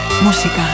música